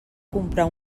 comprar